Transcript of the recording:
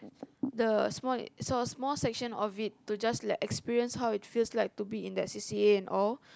the small small section of it to just let me experience how it feels like to be in the c_c_a and all